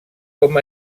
com